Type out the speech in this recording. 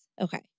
Okay